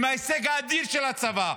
עם ההישג האדיר של הצבא,